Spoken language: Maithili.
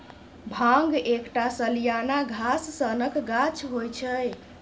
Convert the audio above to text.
भांग एकटा सलियाना घास सनक गाछ होइ छै